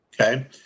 okay